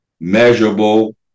measurable